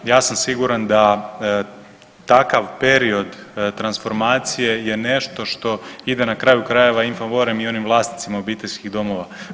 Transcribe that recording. Ja sam siguran da takav period transformacije je nešto što ide na kraju krajeva in favorem i onim vlasnicima obiteljskih domova.